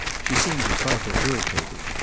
she seemed a trifle irritated.